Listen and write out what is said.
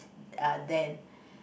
uh then